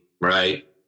right